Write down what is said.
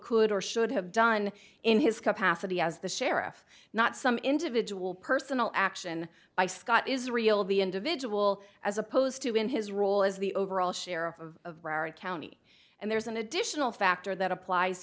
could or should have done in his capacity as the sheriff not some individual personal action by scott israel the individual as opposed to in his role as the overall sheriff of broward county and there's an additional factor that applies